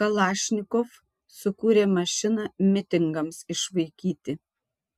kalašnikov sukūrė mašiną mitingams išvaikyti